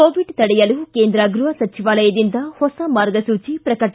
Covid ತಡೆಯಲು ಕೇಂದ್ರ ಗೃಹ ಸಚಿವಾಲಯದಿಂದ ಹೊಸ ಮಾರ್ಗಸೂಚಿ ಪ್ರಕಟ